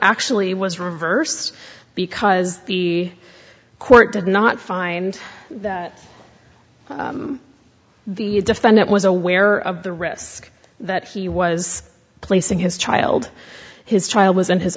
actually was reversed because the court did not find that the defendant was aware of the risk that he was placing his child his child was in his